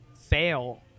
fail